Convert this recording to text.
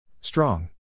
Strong